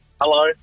Hello